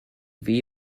vit